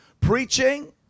preaching